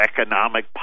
economic